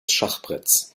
schachbretts